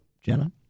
Jenna